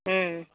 ம்